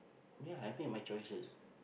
ya I made my choices